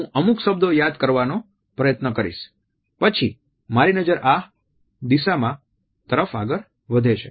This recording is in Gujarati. તેથી હું અમુક શબ્દો યાદ કરવાનો પ્રયત્ન કરીશ પછી મારી નજર આ દિશામાં તરફ આગળ વધે છે